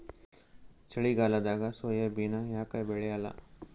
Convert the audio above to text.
ಚಳಿಗಾಲದಾಗ ಸೋಯಾಬಿನ ಯಾಕ ಬೆಳ್ಯಾಲ?